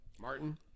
Martin